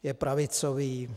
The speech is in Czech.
Je pravicový?